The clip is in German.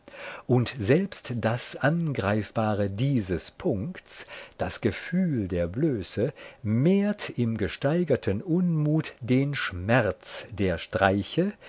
und selbst das angreifbare dieses punkts das gefühl der blöße mehrt im gesteigerten unmut den schmerz der streiche